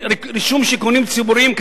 עם רישום שיכונים ציבוריים,